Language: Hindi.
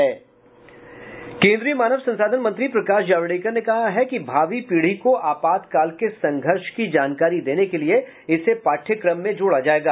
केंद्रीय मानव संसाधन मंत्री प्रकाश जावड़ेकर ने कहा है कि भावी पीढ़ी को आपातकाल के संघर्ष की जानकारी देने के लिये इसे पाठयक्रम में जोड़ा जायेगा